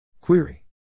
Query